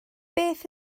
beth